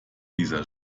dieser